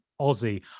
Aussie